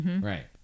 right